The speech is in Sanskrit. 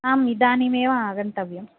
आम् इदानीमेव आगन्तव्यं